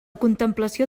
contemplació